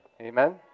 Amen